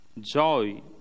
joy